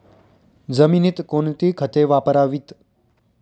जमिनीत कोणती खते वापरावीत?